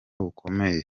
bukomeye